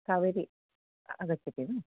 कावेरि आगच्छति वा